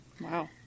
Wow